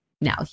Now